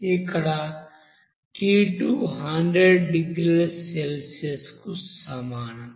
ఇక్కడ T2 100 డిగ్రీల సెల్సియస్కు సమానం